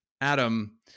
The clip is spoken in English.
Adam